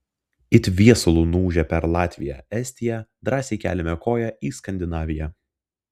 it viesulu nuūžę per latviją estiją drąsiai keliame koją į skandinaviją